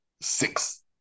six